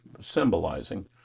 symbolizing